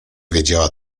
wiedziała